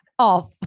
off